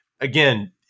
Again